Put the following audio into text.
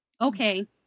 Okay